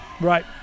Right